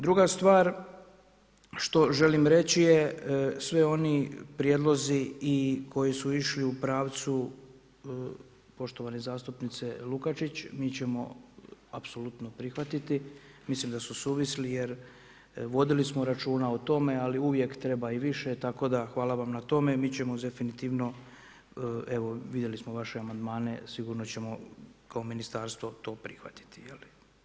Druga stvar, što želim reći je svi oni prijedlozi koji su išli u pravcu, poštovane zastupnice Lukačić, mi ćemo apsolutno prihvatiti, mislim da su suvisli jer vodili smo računa o tome ali uvijek treba i više, tako da hvala vam na tome, mi ćemo definitivno evo, vidjeli smo vaše amandmane sigurno ćemo kao ministarstvo to prihvatiti.